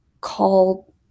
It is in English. call